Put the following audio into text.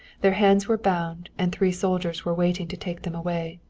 their hands were bound, and three soldiers were waiting to take them away.